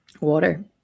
Water